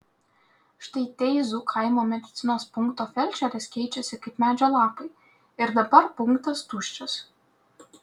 štai teizų kaimo medicinos punkto felčerės keičiasi kaip medžio lapai ir dabar punktas tuščias